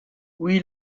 oui